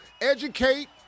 educate